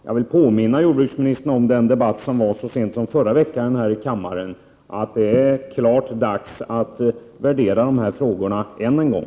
Jag vill påminna jordbruksministern om den debatt som var så sent som förra veckan här i kammaren, att det är uppenbart att det är dags att värdera dessa frågor än en gång.